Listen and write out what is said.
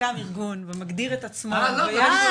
קם ארגון ומגדיר את עצמו, מצוין.